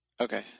Okay